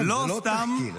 זה לא תחקיר,